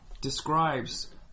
describes